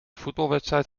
voetbalwedstrijd